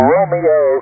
Romeo